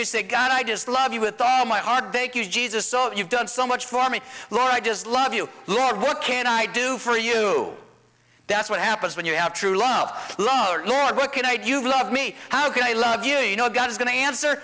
you say god i just love you with all my heart thank you jesus so you've done so much for me laura i just love you lord what can i do for you that's what happens when you have true love love the lord what can i do you love me how can i love you you know god is going to answer